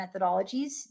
methodologies